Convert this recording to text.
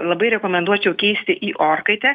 labai rekomenduočiau keisti į orkaitę